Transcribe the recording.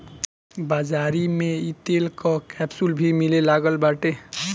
बाज़ारी में इ तेल कअ अब कैप्सूल भी मिले लागल बाटे